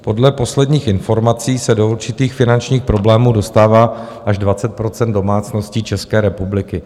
Podle posledních informací se do určitých finančních problémů dostává až 20 % domácností České republiky.